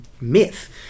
myth